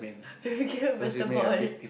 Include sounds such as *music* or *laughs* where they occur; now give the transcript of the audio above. *laughs* you became a better boy